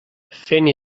fent